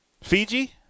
Fiji